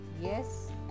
Yes